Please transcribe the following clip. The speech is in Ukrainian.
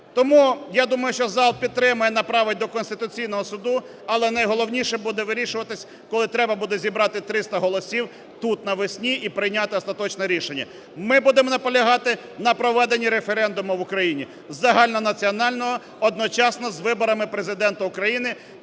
Тому, я думаю, що зал підтримає і направить до Конституційного Суду, але найголовніше буде вирішуватись, коли треба буде зібрати 300 голосів тут навесні і прийняти остаточне рішення. Ми будемо наполягати на проведенні референдуму в Україні загальнонаціонального одночасно з виборами Президента України